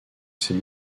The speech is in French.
ces